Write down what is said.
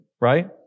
right